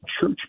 church